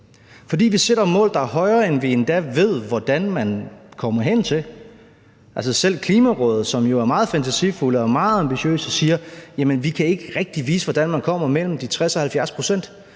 fordi vi sætter mål, der er så høje, at vi endda ikke ved, hvordan vi får opfyldt dem – altså, selv Klimarådet, som jo er meget fantasifulde og meget ambitiøse, siger, at de ikke rigtig kan vise, hvordan man kommer op på de mellem 60 og 70 pct.